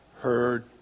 heard